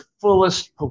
fullest